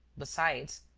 besides.